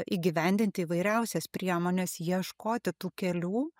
įgyvendinti įvairiausias priemones ieškoti tų kelių